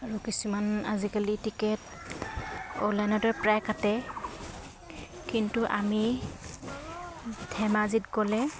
আৰু কিছুমান আজিকালি টিকেট অনলাইনতে প্ৰায় কাটে কিন্তু আমি ধেমাজিত গ'লে